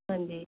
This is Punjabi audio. ਹਾਂਜੀ